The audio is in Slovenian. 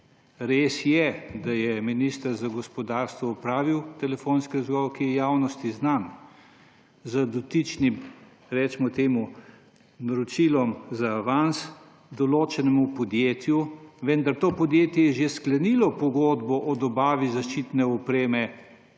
Res je, da je minister za gospodarstvo opravil telefonski razgovor, ki je javnosti znan, z dotičnim, recimo temu, naročilom za avans določenemu podjetju, vendar je to podjetje že sklenilo pogodbo o dobavi zaščitne opreme